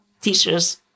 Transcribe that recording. teachers